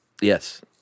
Yes